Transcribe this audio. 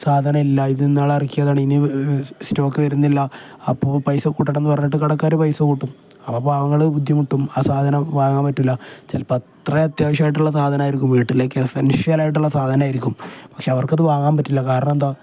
സാധനം ഇല്ല ഇത് ഇന്ന ആൾ ഇറക്കിയാതാണ് ഇനി സ്റ്റോക്ക് വരുന്നില്ല അപ്പോൾ പൈസ കൂട്ടണം എന്ന് പറഞ്ഞിട്ട് കടക്കാർ പൈസ കൂട്ടും അപ്പം പാവങ്ങൾ ബുദ്ധിമുട്ടും ആ സാധനം വാങ്ങാൻ പറ്റില്ല ചിലപ്പം അത്ര അത്യാവശ്യമായിട്ടുള്ള സാധനായിരിക്കും വീട്ടിലേക്ക് എസൻഷ്യലായിട്ടുള്ള സാധനായിരിക്കും പക്ഷെ അവർക്ക് അത് വാങ്ങാൻ പറ്റില്ല കാരണം എന്താണ്